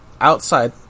outside